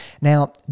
Now